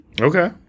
Okay